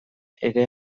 ere